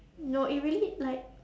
no it really like